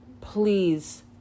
Please